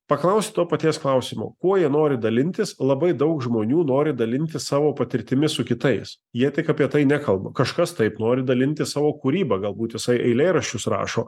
paklausti to paties klausimo kuo jie nori dalintis labai daug žmonių nori dalintis savo patirtimi su kitais jie tik apie tai nekalba kažkas taip nori dalintis savo kūryba galbūt jisai eilėraščius rašo